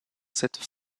cette